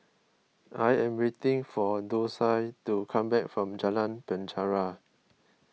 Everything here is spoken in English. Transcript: I am waiting for Dosia to come back from Jalan Penjara